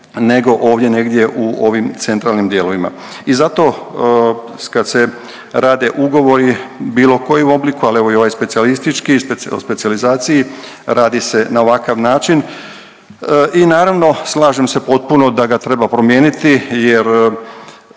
nego ovdje negdje u ovim centralnim dijelovima. I zato kad se rade ugovori u bilo kojem obliku, ali evo i ovaj specijalistički, o specijalizaciji, radi se na ovakav način i naravno slažem se potpuno da ga treba promijeniti jer